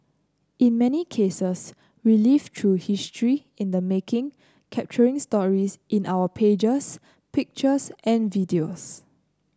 in many cases we live through history in the making capturing stories in our pages pictures and videos